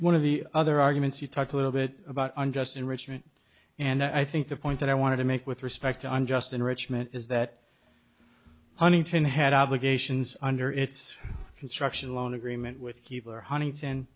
one of the other arguments you talked a little bit about on just enrichment and i think the point that i wanted to make with respect to unjust enrichment is that huntington had obligations under its construction loan agreement with keebler huntington